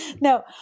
No